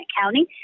County